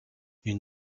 une